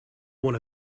one